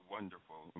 Wonderful